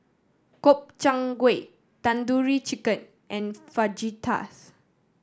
Gobchang Gui Tandoori Chicken and Fajitas